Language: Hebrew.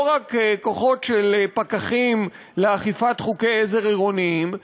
לא רק כוחות של פקחים לאכיפת חוקי עזר עירוניים,